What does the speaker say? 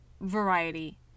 variety